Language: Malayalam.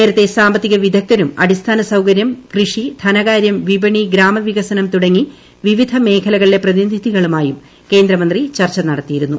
നേരത്തേ സാമ്പത്തികവിദഗ്ദ്ധരും അടിസ്ഥാനസൌകരൃം കൃഷി ധനകാരൃം ഗ്ലിപണി ഗ്രാമവികസനം തുടങ്ങിയി വിവിധ മേഖലകളിലെ പ്രത്യീറ്റിധ്കളുമായും കേന്ദ്രമന്ത്രി ചർച്ച നടത്തിയിരുന്നു